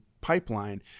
pipeline